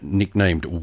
nicknamed